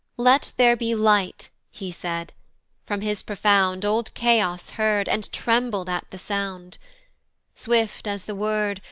let there be light, he said from his profound old chaos heard, and trembled at the sound swift as the word,